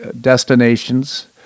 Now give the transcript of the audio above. destinations